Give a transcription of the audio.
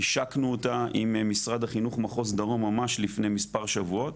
השקנו אותה עם משרד החינוך מחוז דרום ממש לפני מס' שבועות.